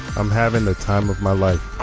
i'm having the time of my life.